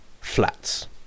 flats